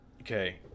Okay